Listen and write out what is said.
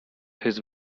his